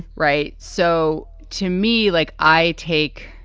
right. so to me, like i take